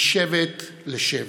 משבט לשבט.